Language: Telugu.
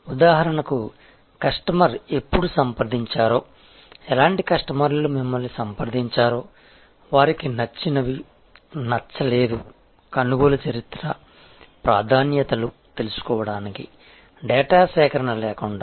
ఉదాహరణకు కస్టమర్ ఎప్పుడు సంప్రదించారో ఎలాంటి కస్టమర్లు మమ్మల్ని సంప్రదించారో వారికి నచ్చినవి ఏది నచ్చలేదు కొనుగోలు చరిత్ర ప్రాధాన్యతలు తెలుసుకోవడానికి డేటా సేకరణ లేకుండా